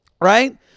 right